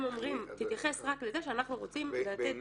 הם אומרים: תתייחס רק לזה שאנחנו רוצים לתת